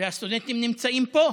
והסטודנטים נמצאים פה,